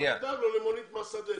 נדאג לו למונית מהשדה.